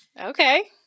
Okay